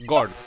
God